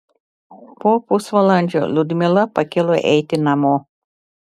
po pusvalandžio liudmila pakilo eiti namo